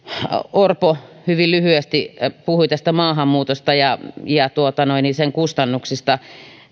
orpo hyvin lyhyesti puhui maahanmuutosta ja ja sen kustannuksista